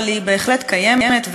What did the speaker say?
אבל היא בהחלט קיימת,